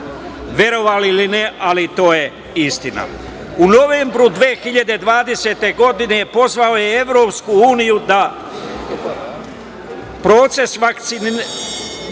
Verovali ili ne, ali to je istina.U novembru 2020. godine pozvao je Evropsku uniju da proces vakcinacije